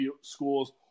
schools